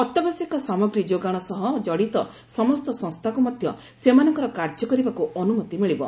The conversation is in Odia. ଅତ୍ୟାବଶ୍ୟକ ସାମଗ୍ରୀ ଯୋଗାଣ ସହ ଜଡ଼ିତ ସମସ୍ତ ସଂସ୍ଥାକୁ ମଧ୍ୟ ସେମାନଙ୍କର କାର୍ଯ୍ୟ କରିବାକୁ ଅନୁମତି ମିଳିବ